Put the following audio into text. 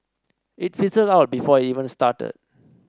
it fizzled out before even started